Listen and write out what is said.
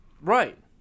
Right